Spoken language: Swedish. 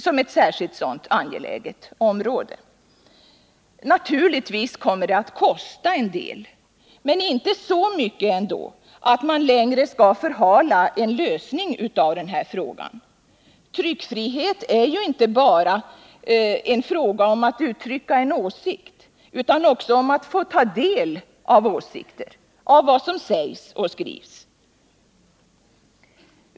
Naturligtvis kommer det att kosta en del att få till stånd utgivning av tidningar för synskadade, men inte så mycket att man längre kan förhala en lösning av denna fråga. Tryckfrihet är ju inte bara en fråga om att uttrycka en åsikt utan också om att få ta del av vad som sägs och skrivs.